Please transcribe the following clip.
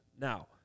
Now